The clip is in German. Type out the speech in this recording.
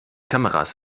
kameras